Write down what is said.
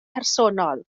personol